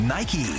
Nike